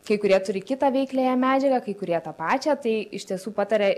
kai kurie turi kitą veikliąją medžiagą kai kurie tą pačią tai iš tiesų pataria